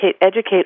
educate